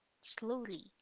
slowly